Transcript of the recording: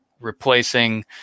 replacing